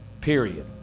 Period